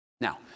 Now